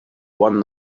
one